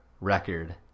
record